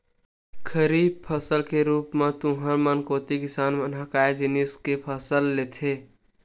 खरीफ फसल के रुप म तुँहर मन कोती किसान मन ह काय जिनिस के फसल लेथे?